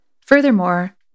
Furthermore